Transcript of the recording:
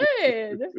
good